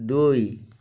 ଦୁଇ